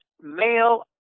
male